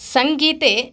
सङ्गीते